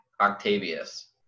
Octavius